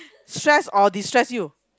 stress or distress you